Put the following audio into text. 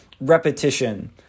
repetition